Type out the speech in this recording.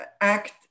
Act